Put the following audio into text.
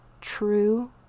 true